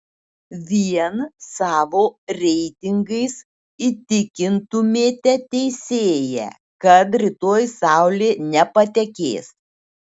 vien savo reitingais įtikintumėte teisėją kad rytoj saulė nepatekės